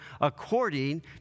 according